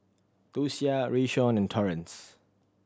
Docia Rayshawn and Torrence